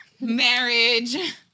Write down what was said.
marriage